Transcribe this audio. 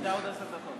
תדע עוד עשר דקות.